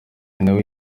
nawe